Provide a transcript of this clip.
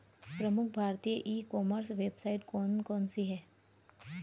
प्रमुख भारतीय e commerce website कौन कौन सी हैं?